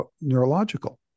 neurological